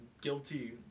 guilty